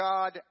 God